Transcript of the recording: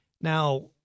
Now